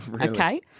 Okay